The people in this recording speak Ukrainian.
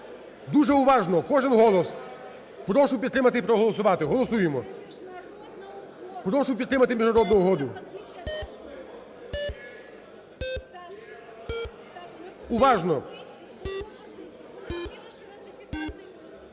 Дуже уважно. Кожен голос прошу підтримати і проголосувати. Голосуємо, прошу підтримати міжнародну угоду, уважно.